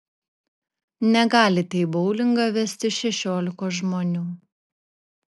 negalite į boulingą vestis šešiolikos žmonių